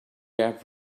have